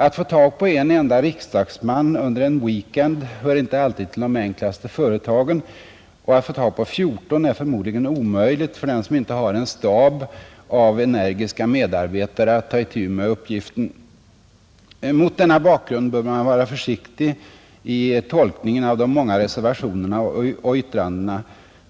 Att få tag på en enda riksdagsman under en weekend hör inte alltid till de enklaste företagen, och att få tag på 14 är förmodligen omöjligt för den som inte har en stab av energiska medarbetare som kan ta itu med uppgiften. Mot denna bakgrund bör man vara försiktig i tolkningen av de många reservationerna och yttrandena,